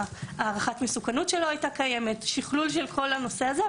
הערכת מסוכנות שלא הייתה קיימת שכלול של כל הנושא הזה.